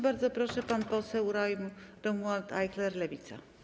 Bardzo proszę, pan poseł Romuald Ajchler, Lewica.